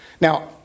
Now